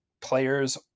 players